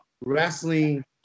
wrestling